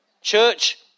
Church